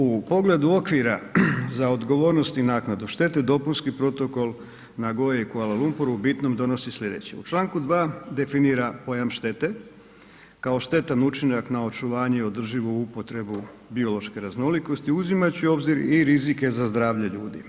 U pogledu okvira za odgovornost i naknadu štete Dopunski protokol Nagoje i Kuala Lumpuru u bitnom donosi slijedeće u Članku 2. definira pojam štete kao štetan učinak na očuvanje i održivu upotrebu biološke raznolikosti uzimajući u obzir i rizike za zdravlje ljudi.